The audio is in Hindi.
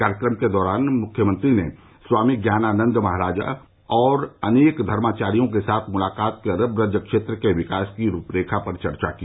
कार्यक्रम के दौरान मुख्यमंत्री ने स्वामी ज्ञानानंद महाराज और अनेक धर्माचार्यो के साथ मुलाकात कर ब्रज क्षेत्र के विकास की रूपरेखा पर चर्चा की